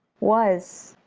was,